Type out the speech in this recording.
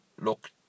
Look